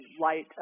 light